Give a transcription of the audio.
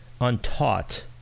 untaught